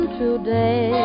today